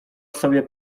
sobie